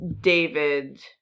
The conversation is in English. David